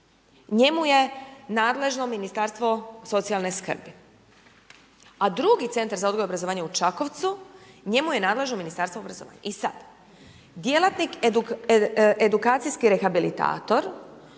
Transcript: njemu je nadležno Ministarstvo socijalne skrbi, a drugi Centar za odgoj i obrazovanje u Čakovcu, njemu je nadležno Ministarstvo obrazovanja. I sad, djelatnik edukacijski rehabilitator